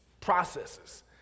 processes